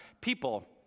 people